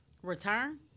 Return